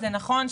נכון,